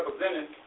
represented